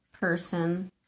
person